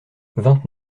vingt